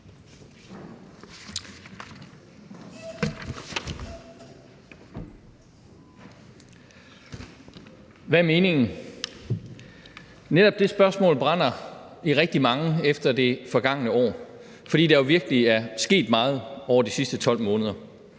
Hvad er meningen? Netop det spørgsmål brænder i rigtig mange efter det forgangne år, fordi der jo virkelig er sket meget over de sidste 12 måneder